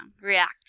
react